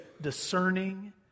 discerning